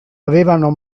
avevano